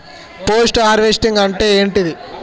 Post harvesting అంటే ఏంటిది?